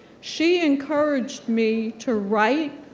she encouraged me to write,